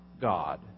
God